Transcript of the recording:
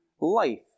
life